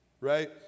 right